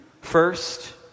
First